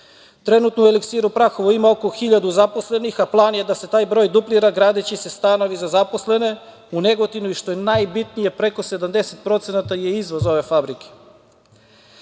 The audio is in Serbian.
Trenutno u „Eliksiru Prahovo“ ima oko hiljadu zaposlenih, a plan je da se taj broj duplira, gradiće se stanovi zaposlene u Negotinu, i što je najbitnije, preko 70% je izvoz ove